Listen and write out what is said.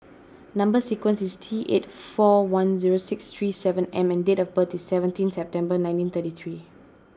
Number Sequence is T eight four one zero six three seven M and date of birth is seventeen September nineteen thirty three